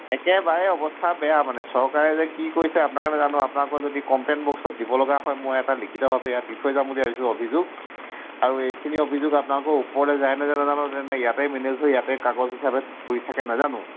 একেবাৰে অৱস্থা বেয়া মানে চৰকাৰে যে কি কৰিছে আপোনালোকে নেজানো আৰু আপোনালোকৰ যদি কমপ্লেইন বক্সত দিব লগা হয় মই এটা লিখিতভাৱে ইয়াত দি থৈ যাম বুলি ভাবিছোঁ অভিযোগ আৰু এইখিনি অভিযোগ আপোনালোকৰ ওপৰলৈ যায়নে নেযায় নেজানো নে ইয়াতে মেনেজ হৈ ইয়াতে কাগজ হিচাপে পৰি থাকে নেজানো